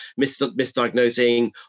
misdiagnosing